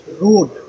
road